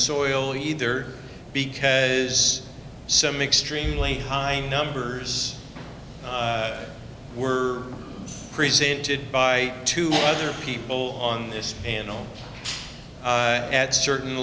soil either because some extremely high numbers were presented by two other people on this and at certain